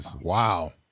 wow